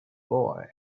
boy